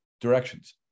directions